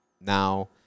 now